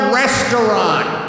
restaurant